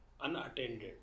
unattended